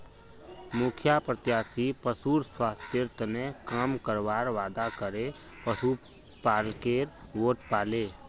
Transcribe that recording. मुखिया प्रत्याशी पशुर स्वास्थ्येर तने काम करवार वादा करे पशुपालकेर वोट पाले